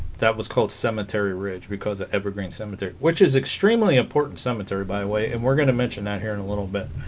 that was called cemetery ridge because at evergreen cemetery which is extremely important cemetery by the way and we're gonna mention that here in a little bit